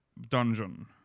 dungeon